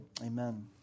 Amen